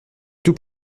tout